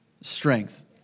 strength